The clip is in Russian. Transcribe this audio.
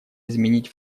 изменить